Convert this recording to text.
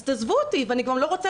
אז הוא ירצה שיעזבו אותו והוא גם לא רוצה